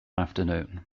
afternoon